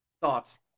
Thoughts